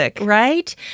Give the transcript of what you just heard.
right